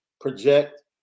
project